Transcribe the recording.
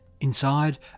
Inside